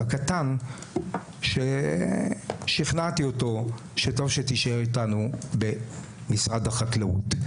הקטן ששכנעתי אותו שטוב שתישאר איתנו במשרד החקלאות.